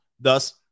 thus